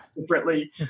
differently